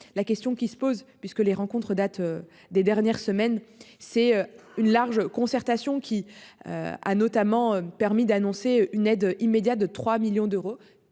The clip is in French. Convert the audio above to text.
La question qui se pose puisque les rencontres, date des dernières semaines c'est une large concertation qui. A notamment permis d'annoncer une aide immédiate de 3 millions d'euros